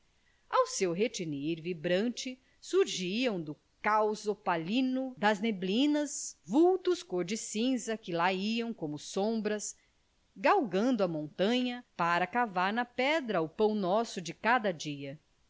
ao seu retinir vibrante surgiam do caos opalino das neblinas vultos cor de cinza que lá iam como sombras galgando a montanha para cavar na pedra o pão nosso de cada dia